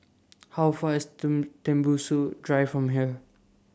How Far IS Tembusu Drive from here